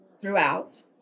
throughout